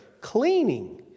cleaning